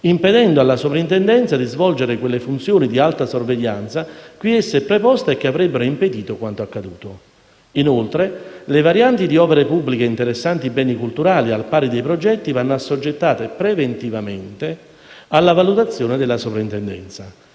impedendo alla Soprintendenza di svolgere quelle funzioni di alta sorveglianza cui essa è preposta e che avrebbero impedito quanto accaduto. Inoltre le varianti di opere pubbliche interessanti beni culturali, al pari dei progetti, vanno assoggettate preventivamente alla valutazione della Soprintendenza.